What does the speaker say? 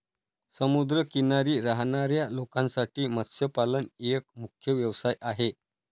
समुद्र किनारी राहणाऱ्या लोकांसाठी मत्स्यपालन एक मुख्य व्यवसाय आहे